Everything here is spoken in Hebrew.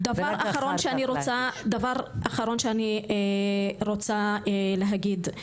דבר אחרון שאני רוצה להגיד,